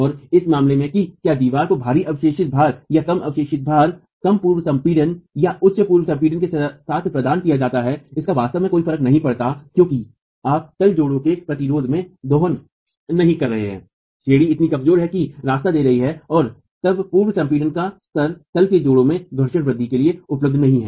और इस मामले में कि क्या दीवार को भारी अधिशोषित भार या कम अधिशोषित भार कम पूर्व संपीडन या उच्च पूर्व संपीडन के साथ प्रदान किया जाता है इसका वास्तव में कोई फर्क नहीं पड़ता है क्योंकि आप तल जोड़ों के प्रतिरोधों में दोहन नहीं कर रहे हैं श्रेणी इतनी कमजोर है कि रास्ता दे रही है और तब पूर्व संपीडन का स्तर तल के जोड़ों में घर्षण वृद्धि के लिए उपलब्ध नहीं है